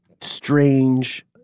strange